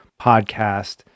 podcast